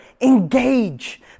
Engage